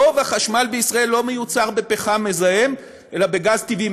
רוב החשמל בישראל לא מיוצר בפחם מזהם אלא בגז טבעי,